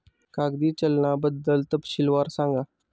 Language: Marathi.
कागदी चलनाबद्दल तपशीलवार सांगा